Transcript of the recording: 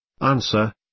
Answer